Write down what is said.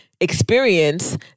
experience